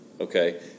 okay